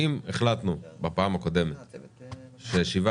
אם החלטנו בפעם הקודמת ש-7.5%,